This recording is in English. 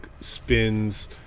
spins